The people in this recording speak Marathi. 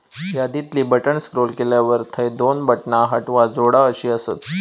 यादीतली बटण स्क्रोल केल्यावर थंय दोन बटणा हटवा, जोडा अशी आसत